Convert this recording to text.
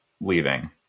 leaving